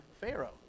pharaoh